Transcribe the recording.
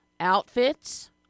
Outfits